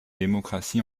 démocratie